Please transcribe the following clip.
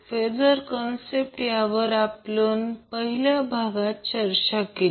phasor concept यावर आपण पहिल्या भागात चर्चा केली